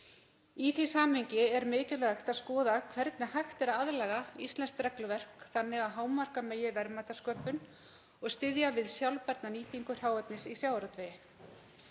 Í því samhengi er mikilvægt að skoða hvernig hægt er að aðlaga íslenskt regluverk þannig að hámarka megi verðmætasköpun og styðja við sjálfbæra nýtingu hráefnis í sjávarútvegi.